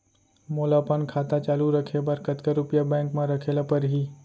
मोला अपन खाता चालू रखे बर कतका रुपिया बैंक म रखे ला परही?